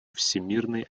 всемирной